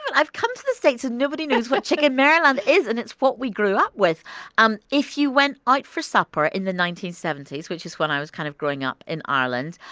but i've come to the states and nobody knows what chicken maryland is. and it's what we grew up with um if you went out for supper in the nineteen seventy s, which is when i was kind of growing up in ireland,